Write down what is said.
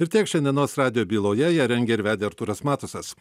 ir tiek šiandienos radijo byloje ją rengė ir vedė artūras matusas